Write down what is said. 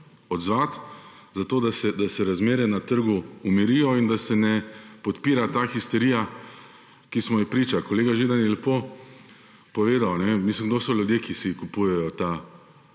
odzvati, zato da se razmere na trgu umirijo in da se ne podpira ta histerija, ki smo ji priča. Kolega Židan je lepo povedal – kdo so ljudje, ki si kupujejo ta